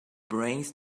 brains